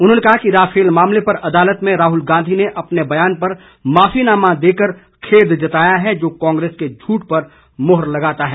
उन्होंने कहा कि राफेल मामले पर अदालत में राहुल गांधी ने अपने बयान पर माफीनामा देकर खेद जताया है जो कांग्रेस के झूठ पर मोहर लगाता है